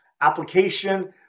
application